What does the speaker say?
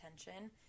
attention